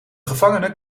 gevangenen